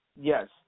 Yes